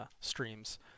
streams